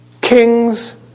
kings